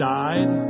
died